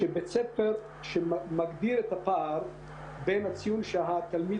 בית ספר שמגדיר את הפער בין הציון שהתלמיד